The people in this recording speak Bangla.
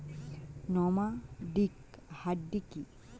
নমাডিক হার্ডি কি?